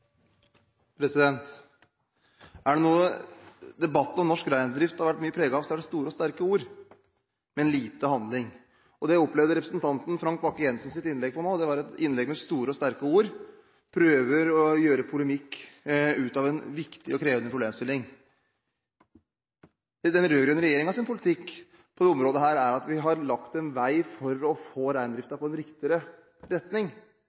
loven. Er det noe debatten om norsk reindrift har vært mye preget av, er det store og sterke ord, men lite handling. Jeg opplevde representanten Frank Bakke-Jensens innlegg nå som et innlegg med store og sterke ord – han prøver å gjøre polemikk ut av en viktig og krevende problemstilling. Den rød-grønne regjeringens politikk på dette området er at vi har lagt en vei for å få reindriften på en riktigere retning.